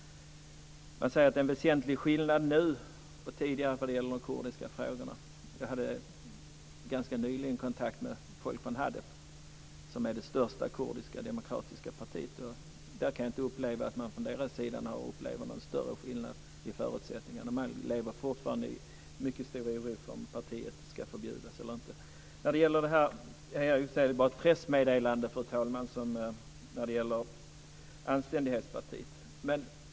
Det finns en väsentlig skillnad nu från tidigare när det gäller de kurdiska frågorna. Jag hade ganska nyligen kontakt med folk från Hadep, som är det största kurdiska demokratiska partiet. Där har jag inte uppfattat att man från deras sida har upplevt någon större skillnad i förutsättningarna. Man lever fortfarande i stor oro om partiet ska förbjudas eller inte. Fru talman! Sedan var det pressmeddelandet om Anständighetspartiet.